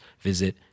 visit